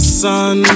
sun